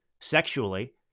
sexually